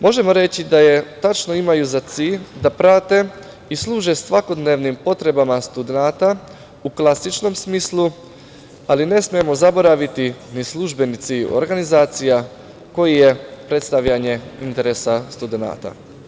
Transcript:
Možemo reći da tačno imaju za cilj da prate i služe svakodnevnim potrebama studenata u klasičnom smislu, ali ne smemo zaboraviti ni službenici organizacija koji je predstavljanje interesa studenata.